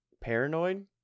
paranoid